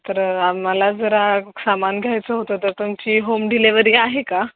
तर आम्हाला जरा सामान घ्यायचं होतं तर तुमची होम डिलेवरी आहे का